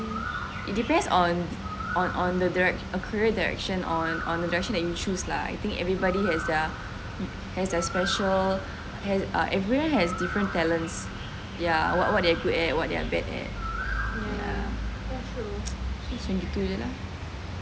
it depends on on on the direction or the career direction that you choose lah I think everybody has their has their special everyone has different talents ya what what they are good at what they are bad at ya macam gitu jer lah